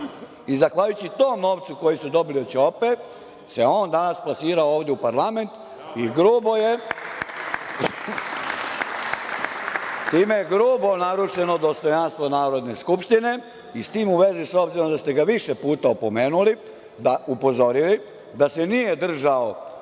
i zahvaljujući tom novcu koji su dobili od Ćope se on danas plasirao ovde u parlamentu i grubo je narušeno dostojanstvo Narodne skupštine i s tim u vezi, s obzirom da ste ga više puta upozorili da se nije držao